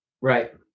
Right